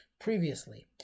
previously